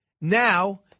Now